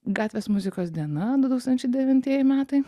gatvės muzikos diena du tūkstančiai devintieji metai